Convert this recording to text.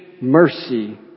mercy